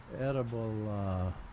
edible